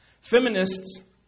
Feminists